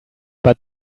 but